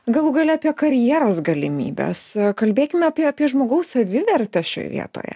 galų gale apie karjeros galimybes kalbėkime apie apie žmogaus savivertę šioj vietoje